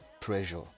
pressure